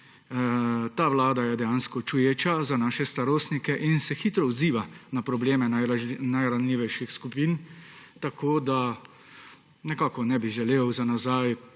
Ta vlada je dejansko čuječa za naše starostnike in se hitro odziva na probleme najranljivejših skupin. Ne bi želel za nazaj